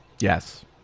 Yes